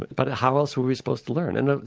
but how else were we supposed to learn? and,